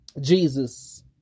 Jesus